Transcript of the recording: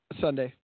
Sunday